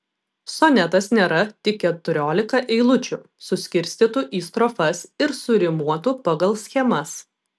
sonetas nėra tik keturiolika eilučių suskirstytų į strofas ir surimuotų pagal schemas